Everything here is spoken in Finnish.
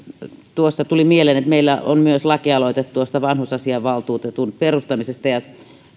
tuossa tuli mieleen että meillä on myös lakialoite tuosta vanhusasiainvaltuutetun perustamisesta